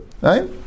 right